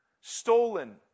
stolen